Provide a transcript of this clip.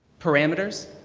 parameters.